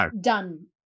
done